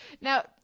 Now